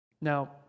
Now